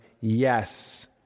yes